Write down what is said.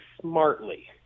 smartly